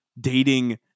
dating